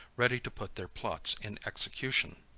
ready to put their plots in execution.